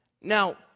Now